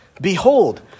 behold